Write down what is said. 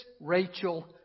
Rachel